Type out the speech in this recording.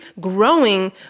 growing